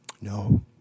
No